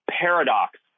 paradox